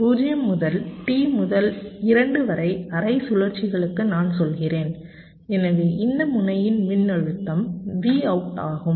0 முதல் T முதல் 2 வரை அரை சுழற்சிகளுக்கு நான் சொல்கிறேன் எனவே இந்த முனையின் மின்னழுத்தம் Vout ஆகும்